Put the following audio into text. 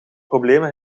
problemen